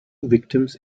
victims